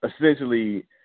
essentially